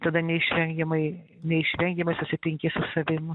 tada neišvengiamai neišvengiamai susitinki su savim